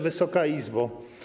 Wysoka Izbo!